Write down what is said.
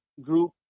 group